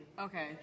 Okay